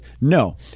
No